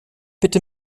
bitte